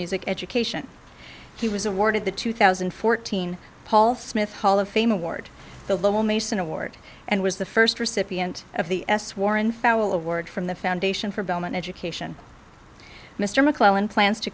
music education he was awarded the two thousand and fourteen paul smith hall of fame award the lowell mason award and was the first recipient of the s warren fowle award from the foundation for bellman education mr mcclellan plans to